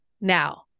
Now